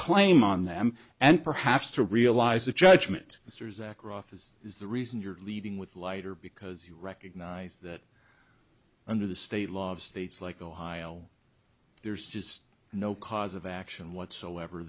claim on them and perhaps to realize the judgment mr zak rough is is the reason you're leading with lighter because you recognize that under the state law of states like ohio there's just no cause of action whatsoever